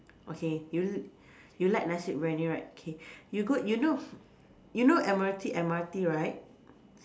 okay you l~ you like nasi-biryani right okay you go you know you know Admiralty M_R_T right